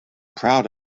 proud